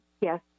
Yes